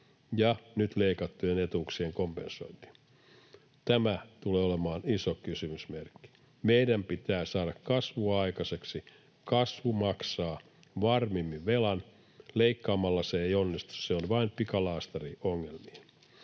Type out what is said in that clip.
ja nyt leikattujen etuuksien kompensointi. Tämä tulee olemaan iso kysymysmerkki. Meidän pitää saada kasvua aikaiseksi. Kasvu maksaa varmimmin velan — leikkaamalla se ei onnistu, se on vain pikalaastari ongelmiin.